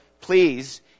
please